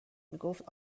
میگفت